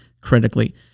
critically